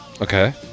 Okay